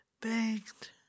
begged